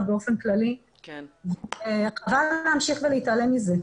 באופן כללי וחבל להמשיך ולהתעלם מזה.